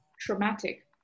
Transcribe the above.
traumatic